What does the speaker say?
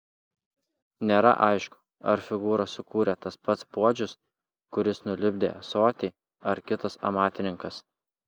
nėra aišku ar figūrą sukūrė tas pats puodžius kuris nulipdė ąsotį ar kitas amatininkas